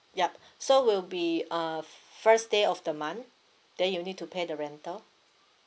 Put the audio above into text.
yup so will be uh first day of the month then you'll need to pay the rental